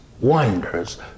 wonders